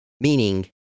meaning